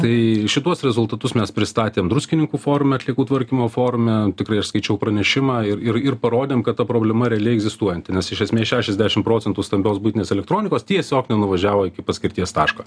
tai šituos rezultatus mes pristatėm druskininkų forume atliekų tvarkymo forume tikrai aš skaičiau pranešimą ir ir ir parodėm kad ta problema realiai egzistuojanti nes iš esmės šešiasdešim procentų stambios buitinės elektronikos tiesiog nenuvažiavo iki paskirties taško